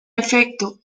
efecto